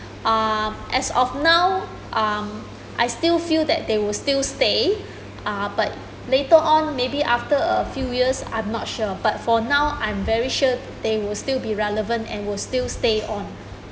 uh as of now um I still feel that they would still stay uh but later on maybe after a few years I'm not sure but for now I'm very sure they will still be relevant and will still stay on